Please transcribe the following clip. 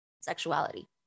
sexuality